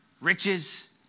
Riches